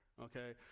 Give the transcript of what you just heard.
okay